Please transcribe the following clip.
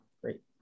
Great